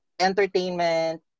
entertainment